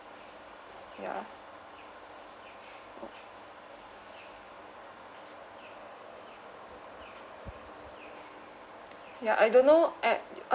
ya ya I don't know at